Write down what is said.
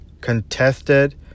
contested